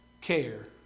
care